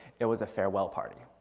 it was a farewell party.